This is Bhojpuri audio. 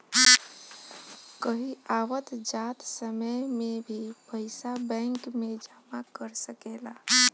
कहीं आवत जात समय में भी पइसा बैंक में जमा कर सकेलऽ